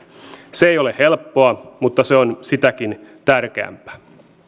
se ei ole helppoa mutta se on sitäkin tärkeämpää